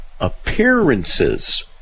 appearances